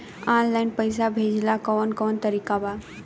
Online पइसा भेजेला कवन कवन तरीका बा?